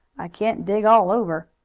i can't dig all over.